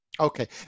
Okay